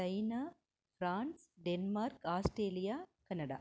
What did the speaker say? China France Denmark Australia Canada